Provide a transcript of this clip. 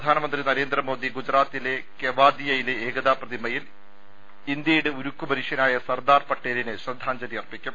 പ്രധാനമന്ത്രി നരേന്ദ്രമോദി ഗുജറാത്തിലെ കെവാദിയയിലെ ഏകതാ പ്രതി മയിൽ ഇന്ത്യയുടെ ഉരുക്കുമനുഷ്യനായ സർദാർ പട്ടേലിന് ശ്രദ്ധാജ്ഞലി അർപ്പിക്കും